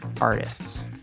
artists